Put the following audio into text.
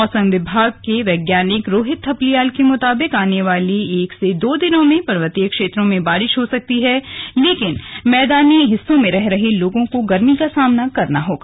मौसम विभाग के वैज्ञानिक रोहित थपलियाल के मुताबिक आने वाले एक से दो दिन में पर्वतीय क्षेत्रों में बारिश हो सकती है लेकिन मैदानी हिस्सों में रह रहे लोगों को गर्मी का सामना करना होगा